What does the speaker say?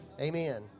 Amen